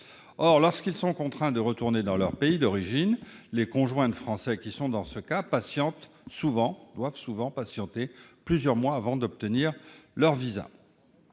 Or, lorsqu'ils sont contraints de retourner dans leur pays d'origine, les conjoints de Français qui sont dans ce cas doivent souvent patienter plusieurs mois avant d'obtenir leur visa.